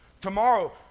tomorrow